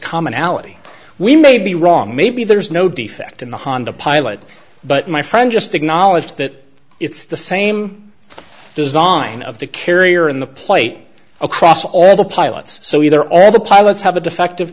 commonality we may be wrong maybe there's no defect in the honda pilot but my friend just acknowledged that it's the same design of the carrier in the plate across all the pilots so either all the pilots have a defective